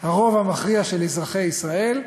הרוב המכריע של אזרחי ישראל,